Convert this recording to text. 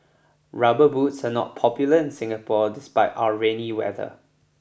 rubber boots are not popular in Singapore despite our rainy weather